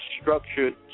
structured